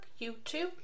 YouTube